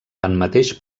tanmateix